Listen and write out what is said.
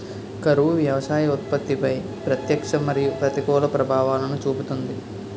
కరువు వ్యవసాయ ఉత్పత్తిపై ప్రత్యక్ష మరియు ప్రతికూల ప్రభావాలను చూపుతుంది